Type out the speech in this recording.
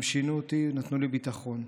הם שינו אותי, נתנו לי ביטחון.